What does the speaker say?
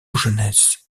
jeunesse